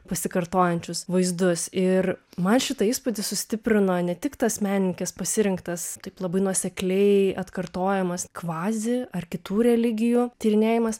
pasikartojančius vaizdus ir man šitą įspūdį sustiprino ne tik tas menininkės pasirinktas taip labai nuosekliai atkartojamas kvazi ar kitų religijų tyrinėjimas